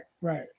Right